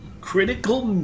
Critical